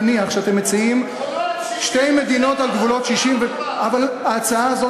נניח שאתם מציעים שתי מדינות על גבולות 67'. אבל ההצעה הזו